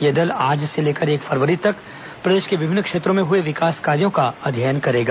यह दल आज से लेकर एक फरवरी तक प्रदेश के विभिन्न क्षेत्रों में हुए विकास कार्यो का अध्ययन करेगा